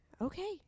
Okay